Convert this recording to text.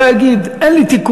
שלא יגיד: אין לי תיקון,